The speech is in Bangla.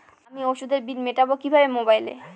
আমি ওষুধের বিল মেটাব কিভাবে মোবাইলে?